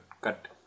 cut